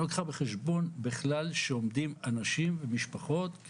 לא לקחה בחשבון בכלל שעומדים אנשים ומשפחות,